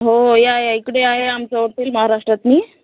हो या या इकडे आहे आमचं फूल महाराष्ट्रातली